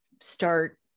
start